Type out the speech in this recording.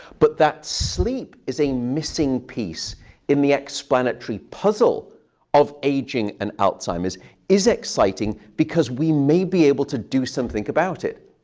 but that sleep is a missing piece in the explanatory puzzle of aging and alzheimer's is exciting, because we may be able to do something about it.